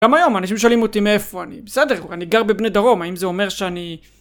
גם היום אנשים שואלים אותי מאיפה אני. בסדר, אני גר בבני דרום, האם זה אומר שאני...